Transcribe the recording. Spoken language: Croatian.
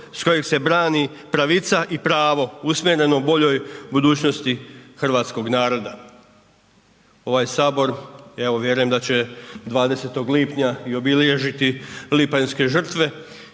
s kojeg se brani pravica i pravo usmjereno boljoj budućnosti Hrvatskog naroda. Ovaj sabor, evo vjerujem da će 20. lipnja i obilježiti lipanjske žrtve